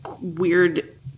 weird